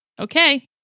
Okay